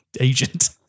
Agent